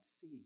see